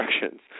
directions